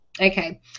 Okay